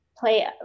play